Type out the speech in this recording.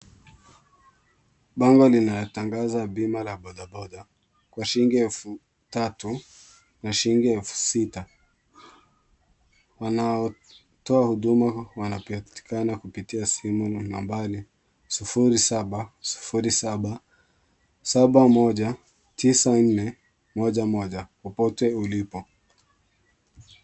Bango linatangaza bima la boda boda kwa shilingi elfu tatu na shilingi elfu sita. Wanaotoa huduma wanapatikana kupitia simu na nambari, 0707719411, popote ulipo.